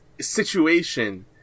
situation